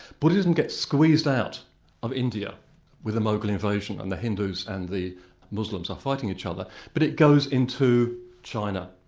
buddhism gets squeezed out of india with the moghul invasion and the hindus and the muslims are fighting each other, but it goes into china.